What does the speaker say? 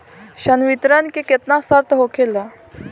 संवितरण के केतना शर्त होखेला?